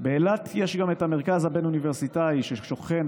באילת יש גם המרכז הבין-אוניברסיטאי ששוכן